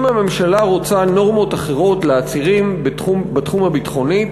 אם הממשלה רוצה נורמות אחרות לעצירים בתחום הביטחוני,